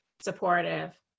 supportive